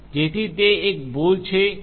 જેથી તે એક ભૂલ છે જે લોકો કેટલીકવાર કરે છે